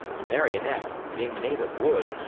the marionette, being made of wood,